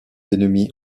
ennemis